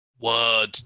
word